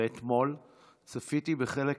ואתמול צפיתי בחלק